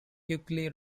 quickly